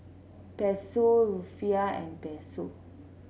Peso Rufiyaa and Peso